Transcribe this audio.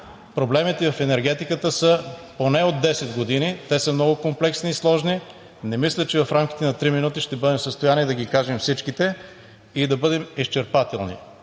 Проблемите в енергетиката са поне от 10 години, те са много комплексни и сложни. Не мисля, че в рамките на три минути ще бъдем в състояние да ги кажем всичките и да бъдем изчерпателни,